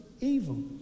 evil